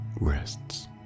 rests